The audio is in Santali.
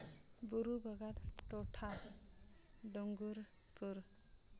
ᱵᱩᱨᱩ ᱵᱟᱜᱟᱛ ᱴᱚᱴᱷᱟ ᱰᱩᱸᱜᱩᱨ ᱯᱩᱨ